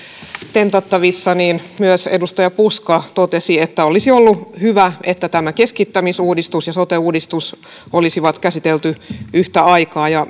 tentattavissa niin myös edustaja puska totesi että olisi ollut hyvä että tämä keskittämisuudistus ja sote uudistus olisi käsitelty yhtä aikaa